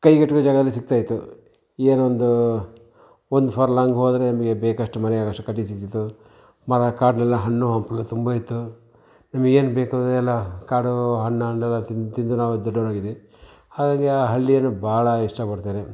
ಕೈಗೆಟುಕೋ ಜಾಗದಲ್ಲಿ ಸಿಗ್ತಾಯಿತ್ತು ಏನು ಒಂದು ಒಂದು ಫರ್ಲಾಂಗ್ ಹೋದರೆ ನಮಗೆ ಬೇಕಷ್ಟು ಮನೆಗಾಗೋಷ್ಟು ಕಟ್ಟಿಗೆ ಸಿಗ್ತಿತ್ತು ಮರ ಕಾಡಲ್ಲೆಲ್ಲ ಹಣ್ಣು ಹಂಪಲು ತುಂಬ ಇತ್ತು ನಿಮಗೇನು ಬೇಕು ಅದೆಲ್ಲ ಕಾಡು ಹಣ್ಣು ಹಣ್ಣೆಲ್ಲ ತಿಂದು ತಿಂದು ನಾವೆಲ್ಲ ದೊಡ್ಡವರಾಗಿದ್ದೀವಿ ಹಾಗಾಗಿ ಆ ಹಳ್ಳಿಯನ್ನು ಬಹಳ ಇಷ್ಟಪಡ್ತೇನೆ